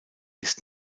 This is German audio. ist